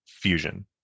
fusion